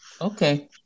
okay